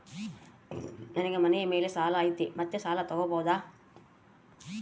ನನಗೆ ಮನೆ ಮೇಲೆ ಸಾಲ ಐತಿ ಮತ್ತೆ ಸಾಲ ತಗಬೋದ?